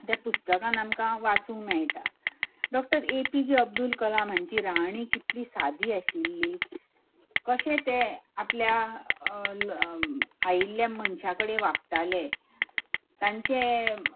त्या पुस्तकांत आमकां वाचूंक मेळटा डॉक्टर एपीजे अब्दुल कलाम हांची राहाणी कितलीं सादी आशिल्ली कशें तें आपल्या आयिल्ल्या मनशां कडेन वागतालें तांचे